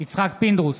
יצחק פינדרוס,